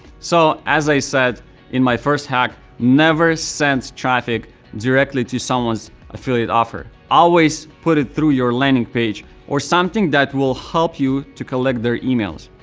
so, as i said in my first hack, never send traffic directly to someone's affiliate offer. always put it through your landing page or something that will help you to collect their emails.